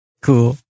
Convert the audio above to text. cool